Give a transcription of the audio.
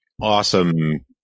awesome